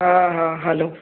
हा हा हलो